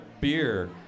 beer